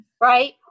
Right